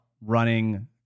running